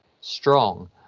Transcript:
strong